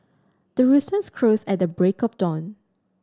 the roosters crows at the break of dawn